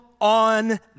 on